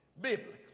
biblically